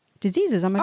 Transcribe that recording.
diseases